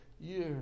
years